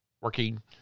working